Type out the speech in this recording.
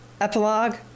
epilogue